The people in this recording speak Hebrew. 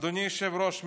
אדוני היושב-ראש,